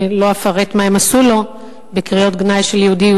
לא אפרט מה הם עשו לו בקריאות גנאי של "יהודי",